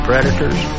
Predators